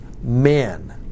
men